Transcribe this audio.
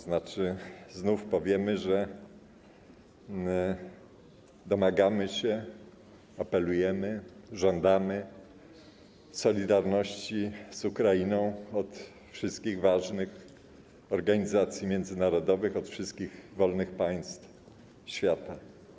Znów powiemy, że domagamy się, apelujemy, żądamy solidarności z Ukrainą od wszystkich ważnych organizacji międzynarodowych, od wszystkich wolnych państw świata.